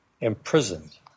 imprisoned